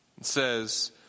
says